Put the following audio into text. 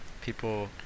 people